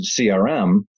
CRM